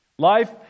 Life